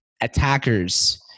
attackers